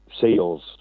sales